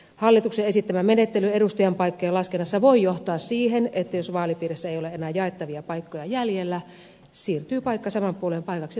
hallituksen esittämä menettely edustajanpaikkojen laskennassa voi johtaa siihen että jos vaalipiirissä ei ole enää jaettavia paikkoja jäljellä siirtyy paikka saman puolueen paikaksi toiseen vaalipiiriin